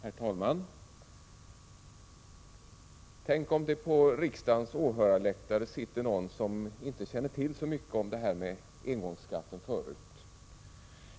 Herr talman! Tänk om det på riksdagens åhörarläktare sitter någon som förut inte kände till så mycket om den här engångsskatten.